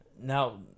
Now